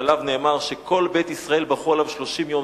שנאמר שכל בית ישראל בכו עליו 30 יום,